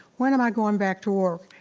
when am i going back to work?